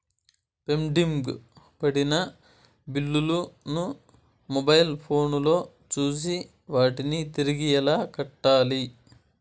pending పడిన బిల్లులు ను మొబైల్ ఫోను లో చూసి వాటిని తిరిగి ఎలా కట్టాలి